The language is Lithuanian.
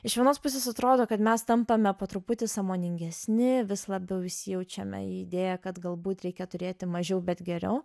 iš vienos pusės atrodo kad mes tampame po truputį sąmoningesni vis labiau visi jaučiame idėją kad galbūt reikia turėti mažiau bet geriau